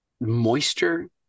moisture